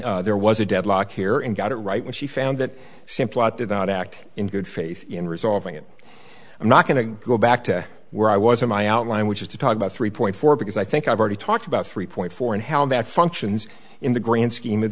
that there was a deadlock here and got it right and she found that simplot did not act in good faith in resolving it i'm not going to go back to where i was in my outline which is to talk about three point four because i think i've already talked about three point four and how that functions in the grand scheme of